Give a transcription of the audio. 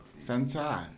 Santa